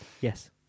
Yes